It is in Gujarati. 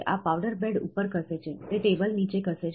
આ પાવડર બેડ ઉપર ખસે છે તે ટેબલ નીચે ખસે છે